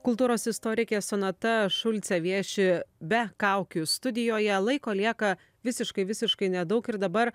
kultūros istorikė sonata šulcė vieši be kaukių studijoje laiko lieka visiškai visiškai nedaug ir dabar